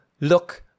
look